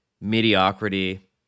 mediocrity